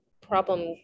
problem